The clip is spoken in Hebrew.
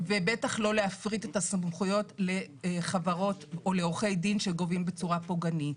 ובטח לא להפריט את הסמכויות לחברות או לעורכי דין שגובים בצורה פוגענית.